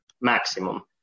maximum